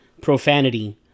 profanity